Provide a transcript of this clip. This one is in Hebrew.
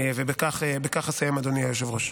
בכך אסיים, אדוני היושב-ראש.